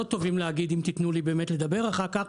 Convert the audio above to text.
טובים להגיד אם תיתנו לי באמת לדבר אחר כך.